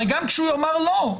הרי גם כשהוא יאמר "לא",